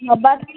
ନେବାର ଥିଲା